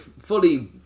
fully